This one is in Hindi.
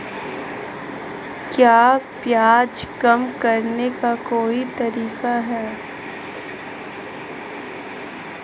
क्या ब्याज कम करने का कोई तरीका है?